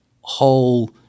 whole